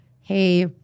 hey